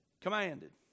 Commanded